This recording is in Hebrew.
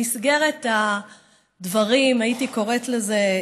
במסגרת הדברים, הייתי קוראת לזה,